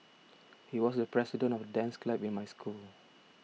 he was the president of the dance club in my school